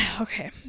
Okay